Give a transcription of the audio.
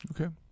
Okay